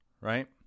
right